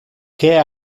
que